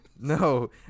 No